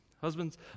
Husbands